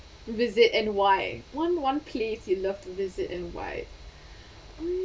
visit and why one one place you love to visit and why